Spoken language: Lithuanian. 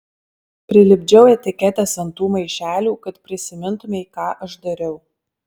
prilipdžiau etiketes ant tų maišelių kad prisimintumei ką aš dariau